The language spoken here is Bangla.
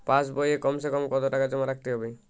পাশ বইয়ে কমসেকম কত টাকা জমা রাখতে হবে?